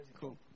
cool